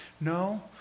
No